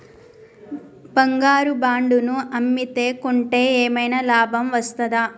బంగారు బాండు ను అమ్మితే కొంటే ఏమైనా లాభం వస్తదా?